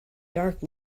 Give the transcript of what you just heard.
dark